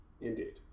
Indeed